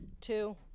two